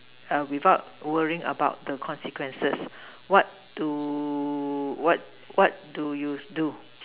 err without worrying about the consequences what do what what do you do